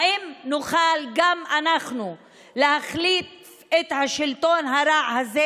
האם נוכל גם אנחנו להחליף את השלטון הרע הזה